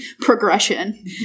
progression